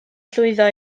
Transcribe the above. llwyddo